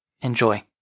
Enjoy